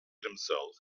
himself